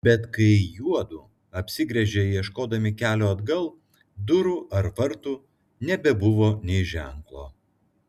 bet kai juodu apsigręžė ieškodami kelio atgal durų ar vartų nebebuvo nė ženklo